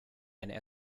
and